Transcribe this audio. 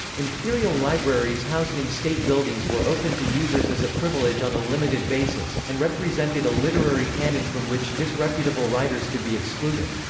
imperial libraries housed in state buildings were open to users as a privilege on a limited basis, and represented a literary canon from which disreputable writers could be excluded.